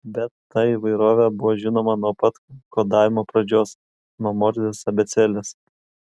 bet ta įvairovė buvo žinoma nuo pat kodavimo pradžios nuo morzės abėcėlės